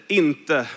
inte